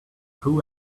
who